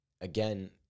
again